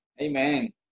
Amen